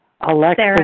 Alexis